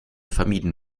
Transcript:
vermieden